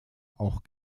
auch